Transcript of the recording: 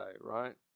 right